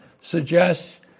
suggests